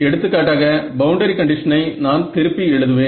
எடுத்துக்காட்டாக பவுண்டரி கண்டிஷனை நான் திருப்பி எழுதுவேன்